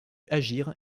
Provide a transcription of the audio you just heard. agir